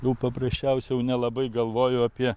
jau paprasčiausiai jau nelabai galvoju apie